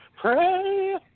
Pray